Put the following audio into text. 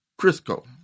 Crisco